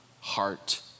heart